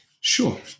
Sure